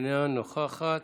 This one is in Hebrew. אינה נוכחת.